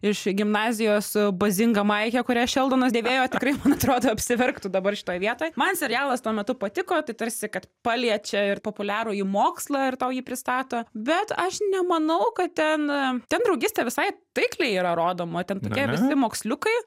iš gimnazijos su bazinga maike kurią šeldonas dėvėjo tikrai man atrodo apsiverktų dabar šitoj vietoj man serialas tuo metu patiko tai tarsi kad paliečia ir populiarųjį mokslą ir tau jį pristato bet aš nemanau kad ten ten draugystė visai taikliai yra rodoma ten tokie visi moksliukai